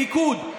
פיקוד,